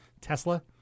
Tesla